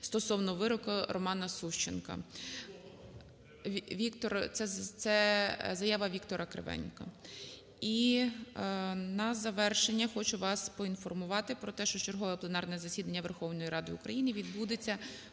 стосовно вироку РоманаСущенка. Віктор… це заява Віктора Кривенка. І на завершення хочу вас поінформувати про те, що чергове пленарне засідання Верховної Ради України відбудеться